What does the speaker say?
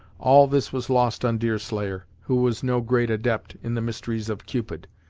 all this was lost on deerslayer, who was no great adept in the mysteries of cupid,